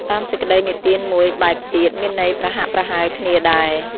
តាមសេចក្ដីនិទានមួយបែបទៀត មានន័យប្រហាក់ប្រហែលគ្នាដែរ។